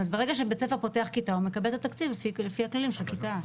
ברגע שבית ספר פותח כיתה הוא מקבל את התקציב לפי הכללים של כיתה.